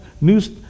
news